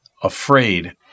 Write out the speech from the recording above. afraid